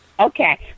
okay